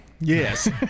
Yes